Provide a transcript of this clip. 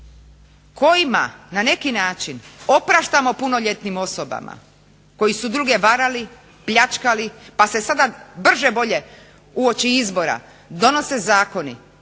kojima na neki način opraštamo punoljetnim osobama koji su druge varali, pljačkali, pa se sada brže-bolje uoči izbora donose zakoni